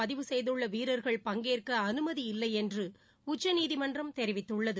பதிவு செய்துள்ளவீரா்கள் பங்கேற்கஅனுமதி இல்லைஎன்றுஉச்சநீதிமன்றம் தெிவித்துள்ளது